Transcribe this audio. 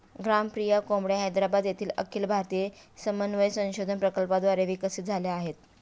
ग्रामप्रिया कोंबड्या हैदराबाद येथील अखिल भारतीय समन्वय संशोधन प्रकल्पाद्वारे विकसित झाल्या आहेत